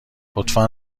لطفا